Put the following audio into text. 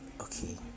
okay